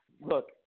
Look